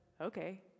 okay